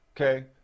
okay